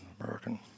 American